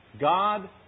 God